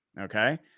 okay